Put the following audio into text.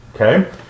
Okay